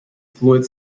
fluid